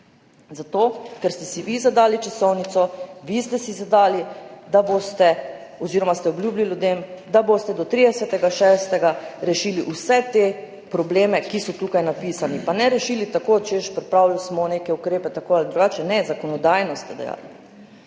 zato ker ste si vi zadali časovnico, vi ste si zadali oziroma ste obljubili ljudem, da boste do 30. 6. rešili vse te probleme, ki so tukaj napisani. Pa ne rešili tako, češ, pripravili smo neke ukrepe tako ali drugače, ne, zakonodajno ste dejali.